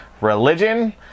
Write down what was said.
religion